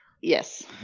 yes